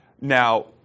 Now